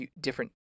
different